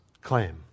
claim